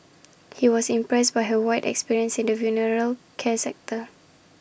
he was impressed by her wide experience in the funeral care sector